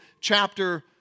chapter